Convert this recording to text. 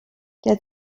der